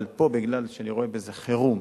אבל פה, בגלל שאני רואה בזה חירום,